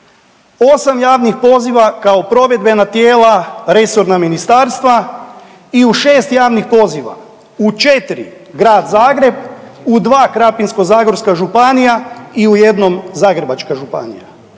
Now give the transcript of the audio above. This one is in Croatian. osam javnih poziva kao provedbena tijela resorna ministarstva i u šest javnih poziva u četiri Grad Zagreb, u dva Krapinsko-zagorska županija i u jednom Zagrebačka županija.